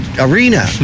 arena